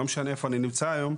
ולא משנה איפה אני נמצא היום,